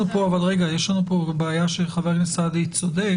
רגע אבל יש לנו פה בעיה שחבר הכנסת סעדי צודק,